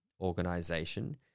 organization